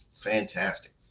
Fantastic